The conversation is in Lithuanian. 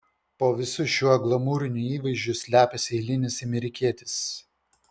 po visu šiuo glamūriniu įvaizdžiu slepiasi eilinis amerikietis